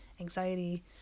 anxiety